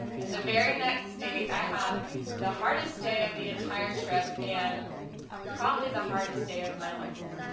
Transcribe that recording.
and the very next state i had the hardest day of the entire trip. and probably the hardest day of my life